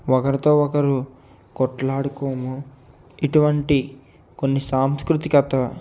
ఒకరితో ఒకరు కొట్లాడుకోము ఇటువంటి కొన్ని సాంస్కృతిక